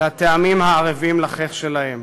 לטעמים הערבים לחיך שלהם.